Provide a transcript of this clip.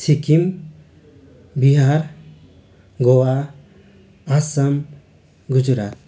Sikkim Bihar Goa Assam Gujarat